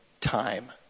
time